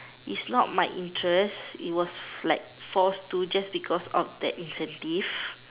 is not my interest it was like forced to just because of that incentive